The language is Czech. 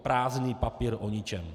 Prázdný papír o ničem.